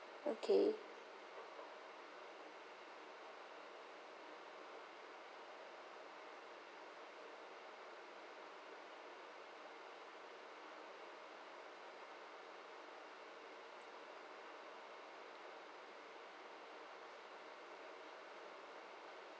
okay